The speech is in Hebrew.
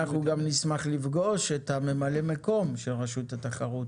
אנחנו גם נשמח לפגוש את ממלא המקום של רשות התחרות,